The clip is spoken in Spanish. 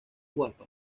guapa